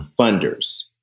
funders